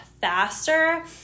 faster